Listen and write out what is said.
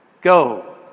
go